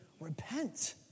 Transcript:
repent